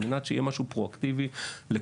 על מנת שיהיה משהו פרו אקטיבי לכולנו,